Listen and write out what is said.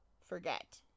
forget